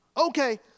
Okay